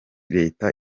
leta